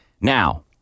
Now